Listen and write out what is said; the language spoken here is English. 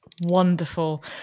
Wonderful